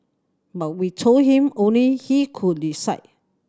but we told him only he could decide